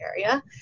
area